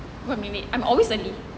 one minute I'm always early